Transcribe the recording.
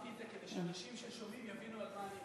אני אמרתי את זה כדי שאנשים ששומעים יבינו על מה אני מדבר.